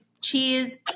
cheese